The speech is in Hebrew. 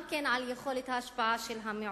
גם על יכולת ההשפעה של המיעוט,